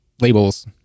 labels